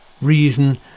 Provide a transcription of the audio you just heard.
reason